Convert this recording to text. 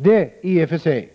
Detta i sig